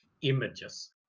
images